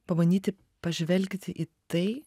pabandyti pažvelgti į tai